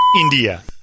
India